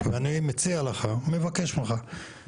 אולי נחפוף גם